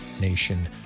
Nation